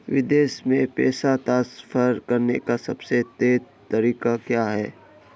विदेश में पैसा ट्रांसफर करने का सबसे तेज़ तरीका क्या है?